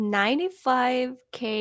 95k